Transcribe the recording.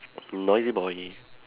noisy boy